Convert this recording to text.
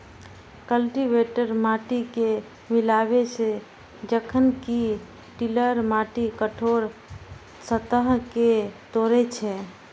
cultivator माटि कें मिलाबै छै, जखन कि टिलर माटिक कठोर सतह कें तोड़ै छै